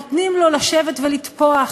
נותנים לו לשבת ולתפוח,